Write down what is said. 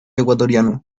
ecuatoriano